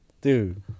Dude